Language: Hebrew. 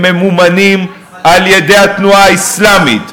הם ממומנים על-ידי התנועה האסלאמית,